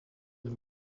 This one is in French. lue